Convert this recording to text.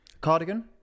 Cardigan